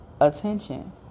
attention